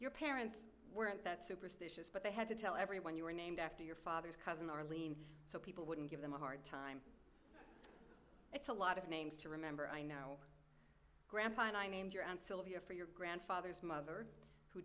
your parents weren't that superstitious but they had to tell everyone you were named after your father's cousin arlene so people wouldn't give them a hard time it's a lot of names to remember i know grandpa and i named your aunt sylvia for your grandfather's mother who